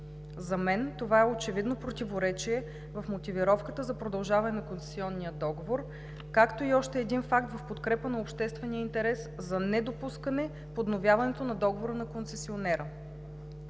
За мен това е очевидно противоречие в мотивировката за продължаване на концесионния договор, както и още един факт в подкрепа на обществения интерес за недопускане подновяването на договора на концесионера.